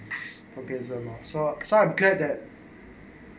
okay so so I'm got that